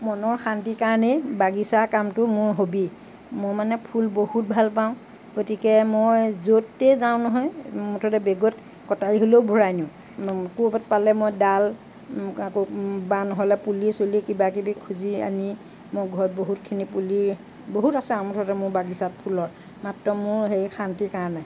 মনৰ শান্তিৰ কাৰণেই বাগিচাৰ কামটো মোৰ হ'বী মই মানে ফুল বহুত ভাল পাওঁ গতিকে মই য'তেই যাওঁ নহয় মুঠতে বেগত কটাৰী হলেও ভৰাই নিওঁ ক'ৰবাত পালে মই দাল আকৌ বা নহ'লে পুলি চুলি কিবা কিবি খুজি আনি মোৰ ঘৰত বহুতখিনি পুলি বহুত আছে আমাৰ ঘৰত মোৰ বাগিচাত ফুলৰ মাত্ৰ মোৰ শান্তিৰ কাৰণেই